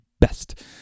best